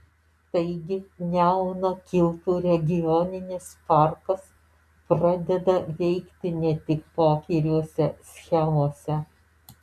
taigi nemuno kilpų regioninis parkas pradeda veikti ne tik popieriuose schemose